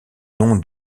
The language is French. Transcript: nom